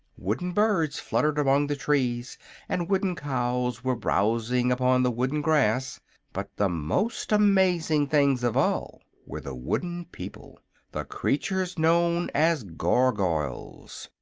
wooden birds fluttered among the trees and wooden cows were browsing upon the wooden grass but the most amazing things of all were the wooden people the creatures known as gargoyles.